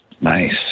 Nice